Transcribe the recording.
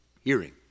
hearing